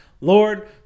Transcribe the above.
Lord